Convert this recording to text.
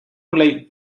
like